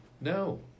No